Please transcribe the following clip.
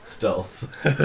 Stealth